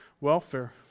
welfare